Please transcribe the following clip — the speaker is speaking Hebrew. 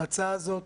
ההצעה הזאת,